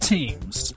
Teams